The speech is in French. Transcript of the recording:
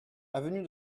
avenue